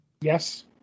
Yes